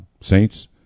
Saints